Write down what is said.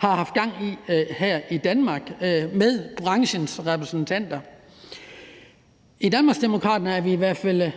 har haft gang i her i Danmark med branchens repræsentanter. I Danmarksdemokraterne er vi i hvert fald